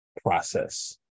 process